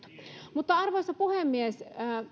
ansaittu arvoisa puhemies